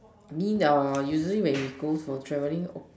I mean err usually when we go from travelling oh